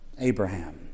Abraham